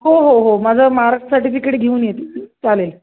हो हो हो माझं मार्क सर्टिफिकेट घेऊन येते चालेल